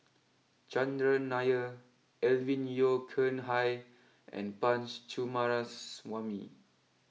Chandran Nair Alvin Yeo Khirn Hai and Punch Coomaraswamy